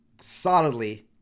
solidly